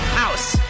house